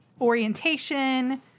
orientation